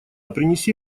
принеси